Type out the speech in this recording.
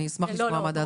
אני אשמח לשמוע מה דעתכם.